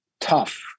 tough